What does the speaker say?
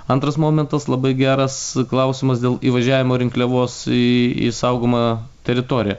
antras momentas labai geras klausimas dėl įvažiavimo rinkliavos į į saugomą teritoriją